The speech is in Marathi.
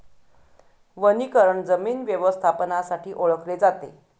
वनीकरण जमीन व्यवस्थापनासाठी ओळखले जाते